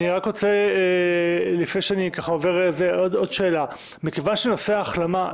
מכיוון שנושא ההחלמה עלה,